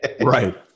Right